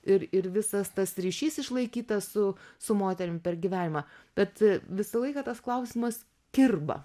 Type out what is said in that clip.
ir ir visas tas ryšys išlaikytas su su moterim per gyvenimą bet visą laiką tas klausimas kirba